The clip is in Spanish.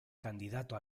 candidato